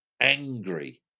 angry